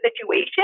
situation